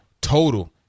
total